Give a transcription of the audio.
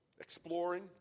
exploring